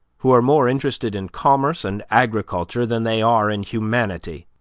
who are more interested in commerce and agriculture than they are in humanity,